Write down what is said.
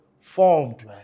formed